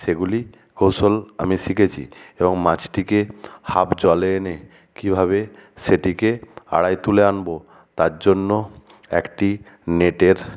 সেগুলি কৌশল আমি শিখেছি এবং মাছটিকে হাফ জলে এনে কীভাবে সেটিকে আড়ায় তুলে আনবো তার জন্য একটি নেটের